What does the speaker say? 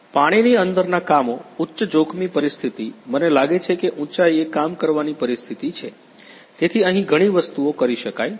પાણીની અંદરના કામો ઉચ્ચ જોખમી પરિસ્થિતિ મને લાગે છે કે ઉંચાઇએ કામ કરવાની પરિસ્થિતિ છે તેથી અહીં ઘણી વસ્તુઓ કરી શકાય છે